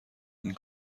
این